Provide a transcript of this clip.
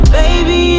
baby